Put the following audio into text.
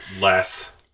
less